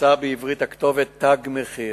רוססה בעברית הכתובת "תג מחיר".